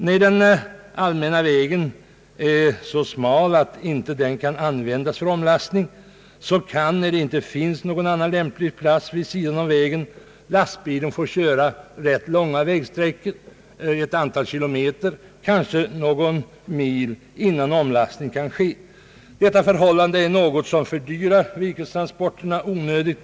Om den allmänna vägen är så smal att den inte kan användas för omlastning och det inte finns någon annan lämplig plats vid sidan av vägen, får lastbilen ofta köra rätt långa sträckor — flera kilometer, kanske någon mil — innan omlastning kan ske. Detta förhållande fördyrar virkestransporterna onödigt.